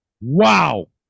Wow